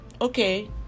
okay